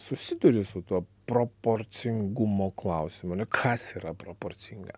susiduri su tuo proporcingumo klausimu na kas yra proporcinga